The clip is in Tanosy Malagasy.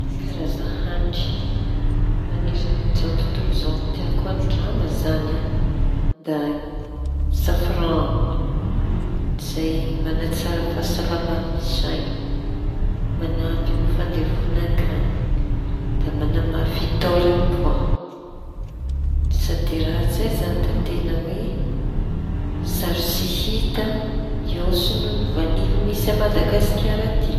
Karaza hañitry mañeraña an' izao tontolo tiako andrama, da safran izay mañatsara fahasalamañy saiña, mañampy amin'ny fandevonan-kañina, da manamafy taolañy koa. Raha zay zañy da sarotsy hita no soa noho ny vanily misy aMadagasikara aty.